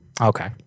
Okay